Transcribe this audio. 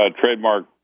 trademark